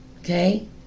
Okay